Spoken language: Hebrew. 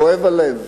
כואב הלב.